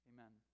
Amen